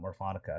Morphonica